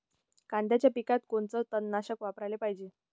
कांद्याच्या पिकात कोनचं तननाशक वापराले पायजे?